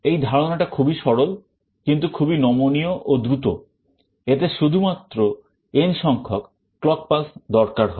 এই ধারণাটা খুবই সরল কিন্তু খুবই নমনীয় ও দ্রুত এতে শুধুমাত্র n সংখ্যক clock pulse দরকার হয়